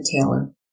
Taylor